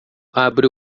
abre